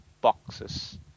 boxes